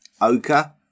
Ochre